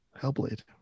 Hellblade